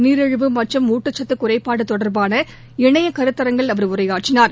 நீரிழிவு மற்றும் ஊட்டச்சத்து குறைபாடு தொடர்பான இணைய கருத்தரங்கில் அவர் உரையாற்றினார்